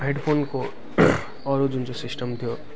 हेडफोनको अरू जुन चाहिँ सिस्टम थियो